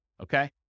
Okay